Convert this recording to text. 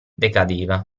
decadeva